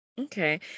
Okay